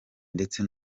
ndetse